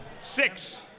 Six